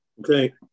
Okay